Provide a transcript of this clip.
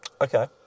Okay